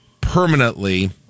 permanently